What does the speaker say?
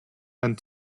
and